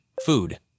Food